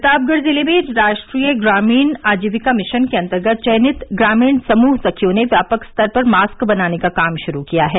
प्रतापगढ़ जिले में राष्ट्रीय ग्रामीण आजीविका मिशन के अंतर्गत चयनित ग्रामीण समूह सखियों ने व्यापक स्तर पर मास्क बनाने का काम शुरू किया है